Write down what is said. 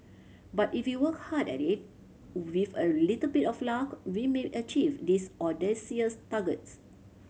but if you work hard at it with a little bit of luck we may achieve these audacious targets